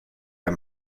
der